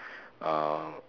err